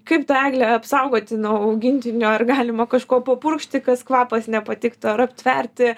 kaip tą eglę apsaugoti nuo augintinio ar galima kažkuo papurkšti kas kvapas nepatiktų ar aptverti